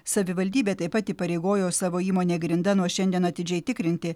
savivaldybė taip pat įpareigojo savo įmonę grinda nuo šiandien atidžiai tikrinti